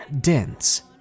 dense